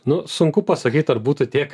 nu sunku pasakyt ar būtų tiek